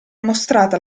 mostrata